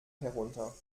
herunter